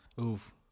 Oof